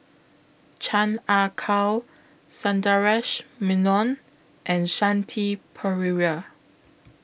Chan Ah Kow Sundaresh Menon and Shanti Pereira